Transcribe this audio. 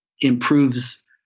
improves